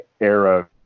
era